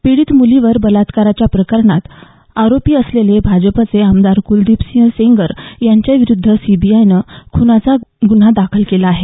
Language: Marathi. पीडित मुलीवरील बलात्काराच्या प्रकरणात आरोपी असलेले भाजपचे आमदार कुलदीपसिंग सेंगर यांच्याविरूद्ध सीबीआयनं खुनाचा गुन्हा दाखल केला आहे